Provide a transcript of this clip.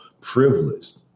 privileged